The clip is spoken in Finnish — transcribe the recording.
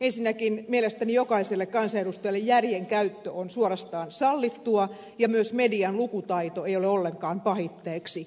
ensinnäkin mielestäni jokaiselle kansanedustajalle järjenkäyttö on suorastaan sallittua ja myöskään medianlukutaito ei ole ollenkaan pahitteeksi